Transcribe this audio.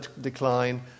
decline